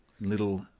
little